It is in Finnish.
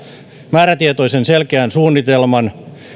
määrätietoisen selkeän suunnitelman